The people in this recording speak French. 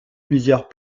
plusieurs